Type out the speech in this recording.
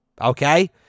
okay